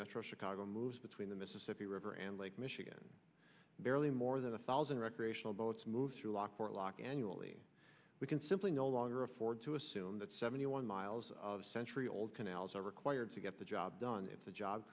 metro chicago moves between the mississippi river and lake michigan barely more than a thousand recreational boats move through lock or lock annually we can simply no longer afford to assume that seventy one miles of century old canals are required to get the job done if the job